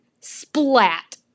Splat